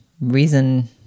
reason